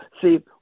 See